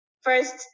First